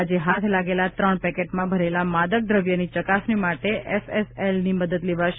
આજે હાથ લાગેલા ત્રણ પેકેટમાં ભરેલા માદક દ્રવ્ય ની ચકાસણી માટે એફએસએલની મદદ લેવાશે